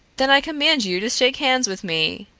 then i command you to shake hands with me,